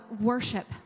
worship